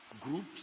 groups